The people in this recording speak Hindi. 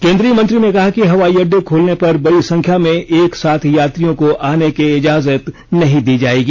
केन्द्रीय मंत्री ने कहा कि हवाई अड्डे खुलने पर बड़ी संख्या में एक साथ यात्रियों को आने की इजाजत नहीं दी जाएगी